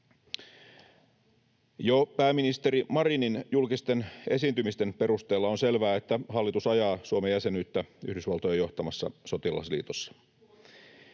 Jo pääministeri Marinin julkisten esiintymisten perusteella on selvää, että hallitus ajaa Suomen jäsenyyttä Yhdysvaltojen johtamassa sotilasliitossa.